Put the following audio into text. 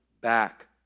back